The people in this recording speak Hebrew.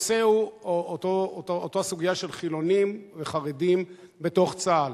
הנושא הוא אותה סוגיה של חילונים וחרדים בתוך צה"ל.